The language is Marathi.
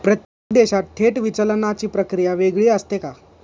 प्रत्येक देशात थेट विचलनाची प्रक्रिया वेगळी असते का?